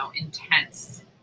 intense